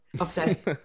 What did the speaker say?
obsessed